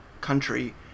country